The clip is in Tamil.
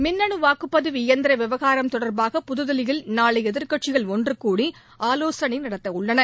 மின்னு வாக்குப்பதிவு எந்திர விவகாரம் தொடர்பாக புதுதில்லியில் நாளை எதிர்க்கட்சிகள் ஒன்றுகூடி ஆலோசனை நடத்தவுள்ளன